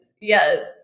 yes